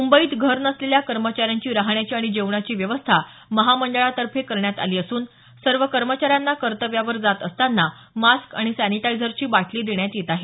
मुंबईत घर नसलेल्या कर्मचाऱ्यांची राहण्याची आणि जेवणाची व्यवस्था महामंडळातर्फे करण्यात आली असून सर्व कर्मचाऱ्यांना कर्तव्यावर जात असतांना मास्क आणि सॅनिटायझरची बाटली देण्यात येत आहे